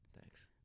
Thanks